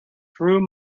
through